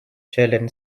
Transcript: sheldon